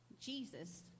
Jesus